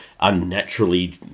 unnaturally